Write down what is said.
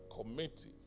committee